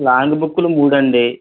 లాంగ్బుక్లు మూడు అండి